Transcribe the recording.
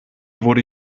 wurde